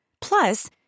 Plus